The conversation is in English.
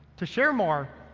to share more,